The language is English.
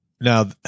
now